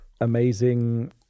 amazing